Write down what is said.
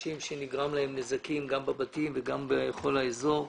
האנשים שנגרמו להם נזקים גם בבתים וגם בכל האזור.